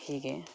ಹೀಗೆ